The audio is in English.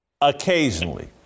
Occasionally